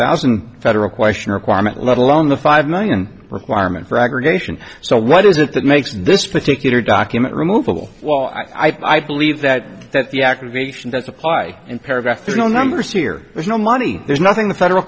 thousand federal question requirement let alone the five million requirement for aggregation so what is it that makes this particular document removable well i believe that that the activation does apply in paragraph no numbers here there's no money there's nothing the federal